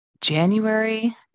January